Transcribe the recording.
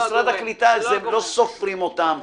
במשרד העלייה והקליטה לא סופרים אותם.